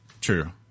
true